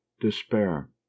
despair